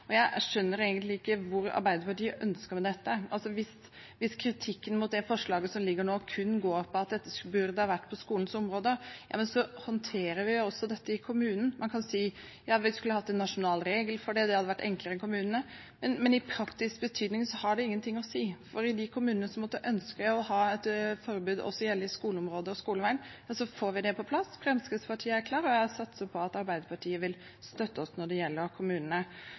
dette. Hvis kritikken mot det forslaget som foreligger nå, kun går ut på at forbudet burde ha vært på skolens område, så håndterer vi dette i kommunene. Man kan si at vi skulle hatt en nasjonal regel for dette, det hadde vært enklere for kommunene, men i praksis har det ingenting å si, for i de kommunene som måtte ønske å ha et forbud som også gjelder på skoleområdet og skoleveien, får vi det på plass. Fremskrittspartiet er klare, og jeg satser på at Arbeiderpartiet vil støtte oss når det gjelder kommunene.